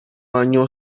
año